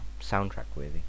soundtrack-worthy